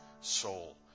soul